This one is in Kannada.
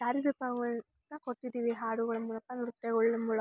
ದಾರಿ ದೀಪಗಳನ್ನ ಕೊಟ್ಟಿದ್ದೀವಿ ಹಾಡುಗಳ ಮೂಲಕ ನೃತ್ಯಗಳ ಮೂಲಕ